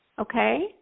Okay